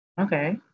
okay